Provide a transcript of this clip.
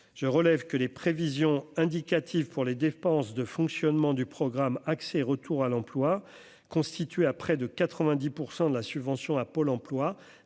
je relève que les prévisions indicatif pour les dépenses de fonctionnement du programme accès retour à l'emploi, constitué à près de 90 % de la subvention à Pôle Emploi